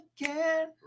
again